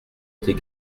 tes